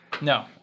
No